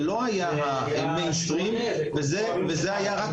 זה לא היה המיינסטרים וזה היה רק